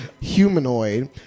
humanoid